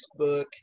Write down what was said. Facebook